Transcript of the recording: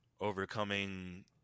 overcoming